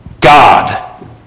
God